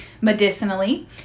Medicinally